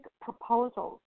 proposals